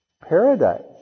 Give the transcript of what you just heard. paradise